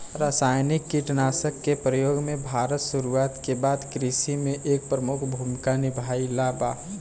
रासायनिक कीटनाशक के प्रयोग भारत में शुरुआत के बाद से कृषि में एक प्रमुख भूमिका निभाइले बा